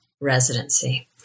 residency